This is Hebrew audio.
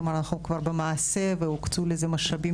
כלומר אנחנו כבר במעשה והוקצו לזה משאבים,